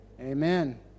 amen